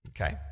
Okay